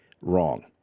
wrong